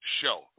show